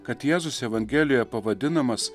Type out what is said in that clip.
kad jėzus evangelijoje pavadinamas